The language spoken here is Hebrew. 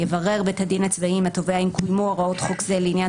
יברר בית הדין הצבאי עם התובע האם קוימו הוראות חוק זה לעניין